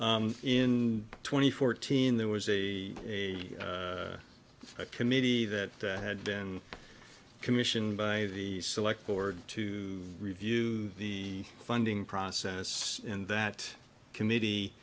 can in twenty fourteen there was a a committee that had been commissioned by the select board to review the funding process and that committee